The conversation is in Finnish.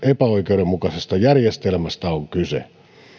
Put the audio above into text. epäoikeudenmukaisesta järjestelmästä on kyse